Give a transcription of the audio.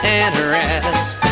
interest